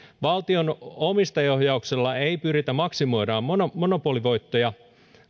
valtion omistajaohjauksella ei pyritä maksimoimaan monopolivoittoja